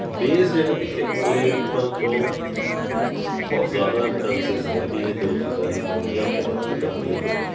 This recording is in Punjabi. ਬੇਸ ਜਿਹੜਾ ਦਿਖੇਗਾ ਉਹ ਇਹਨਾਂ 'ਚੋਂ ਬਹੁਤ ਜ਼ਿਆਦਾ ਚਾਂਸਿਸ ਨੇ ਕਿ ਇਹ ਦੋ ਚੀਜ਼ਾਂ ਹੀ ਹੋਣਗੀਆਂ ਪਿਆਰ ਅਤੇ ਪਿਆਰ ਲਈ ਕੁਰਬਾਨੀ